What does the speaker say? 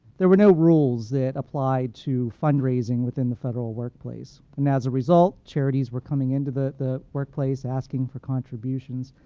there were no rules that applied to fundraising within the federal workplace. and as a result, charities were coming into the the workplace, asking for contributions,